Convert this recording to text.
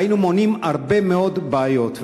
היינו מונעים הרבה מאוד בעיות.